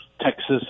Texas